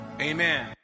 Amen